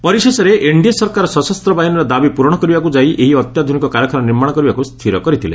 ପରିଶେଷରେ ଏନ୍ଡିଏ ସରକାର ସଶସ୍ତ ବାହିନୀର ଦାବି ପୂରଣ କରିବାକୁ ଯାଇ ଏହି ଅତ୍ୟାଧୁନିକ କାରଖାନା ନିର୍ମାଣ କରିବାକୁ ସ୍ଥିର କରିଥିଲେ